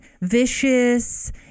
vicious